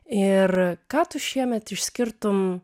ir ką tu šiemet išskirtum